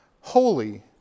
holy